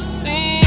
see